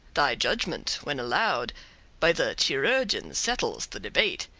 thy judgment, when allowed by the chirurgeon, settles the debate.